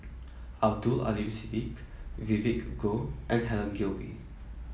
Abdul Aleem Siddique Vivien Goh and Helen Gilbey